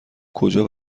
کجا